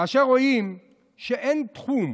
כאשר רואים שאין תחום